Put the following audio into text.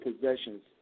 possessions